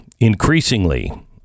increasingly